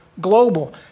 global